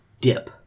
dip